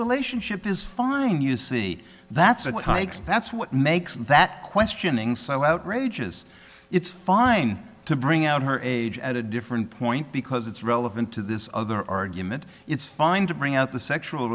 relationship is fine you see that's a that's what makes that questioning so outrageous it's fine to bring out her age at a different point because it's relevant to this other argument it's fine to bring out the sexual